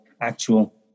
actual